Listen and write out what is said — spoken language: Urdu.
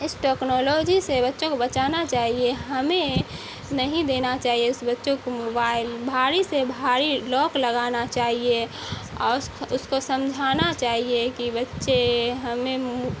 اس ٹوکنولوجی سے بچوں کو بچانا چاہیے ہمیں نہیں دینا چاہیے اس بچوں کو موبائل بھاری سے بھاری لاک لگانا چاہیے اور اس کو اس کو سمجھانا چاہیے کہ بچے ہمیں